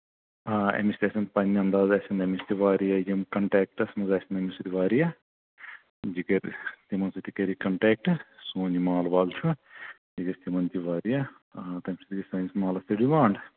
آ أمِس تہِ آسن پنٛنٮ۪ن آسن أمِس تہِ واریاہ یِم کَنٹیکٹَس منٛز آسن أمِس سۭتۍ واریاہ جِگر تِمَن سۭتۍ تہِ کَرِ یہِ کَنٹیکٹ سون یہِ مال وال چھُ یہِ گژھِ تِمن تہِ واریاہ آ تَمہِ سۭتۍ گژھِ سٲنِس مالَس تہِ ڈِمانٛڈ